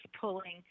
pulling